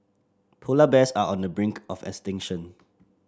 polar bears are on the brink of extinction